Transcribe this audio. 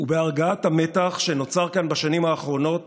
ובהרגעת המתח שנוצר כאן בשנים האחרונות